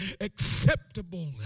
acceptable